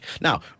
Now